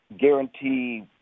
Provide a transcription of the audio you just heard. guarantee